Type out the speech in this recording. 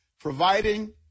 providing